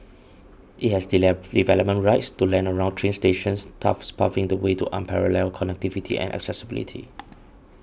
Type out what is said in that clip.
it has develop development rights to land around train stations thus paving the way to unparalleled connectivity and accessibility